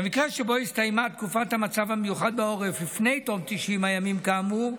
במקרה שבו הסתיימה תקופת המצב המיוחד בעורף לפני תום 90 הימים כאמור,